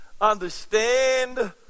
understand